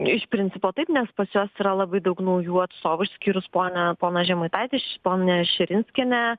iš principo taip nes pas juos yra labai daug naujų atstovų išskyrus ponią poną žemaitaitį ši ponią širinskienę